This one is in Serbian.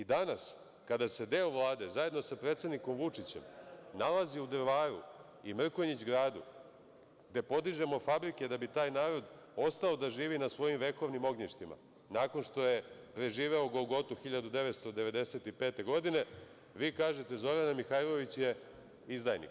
Danas, kada se deo Vlade zajedno sa predsednikom Vučićem nalazi u Drvaru i Mrkonjić Gradu, gde podižemo fabrike da bi taj narod ostao da živi na svojim vekovnim ognjištima, nakon što je preživeo golgotu 1995. godine, vi kažete – Zorana Mihajlović je izdajnik.